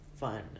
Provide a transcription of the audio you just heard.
fun